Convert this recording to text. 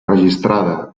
registrada